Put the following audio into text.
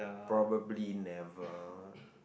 probably never